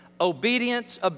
obedience